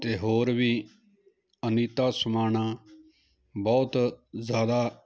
ਅਤੇ ਹੋਰ ਵੀ ਅਨੀਤਾ ਸਮਾਣਾ ਬਹੁਤ ਜ਼ਿਆਦਾ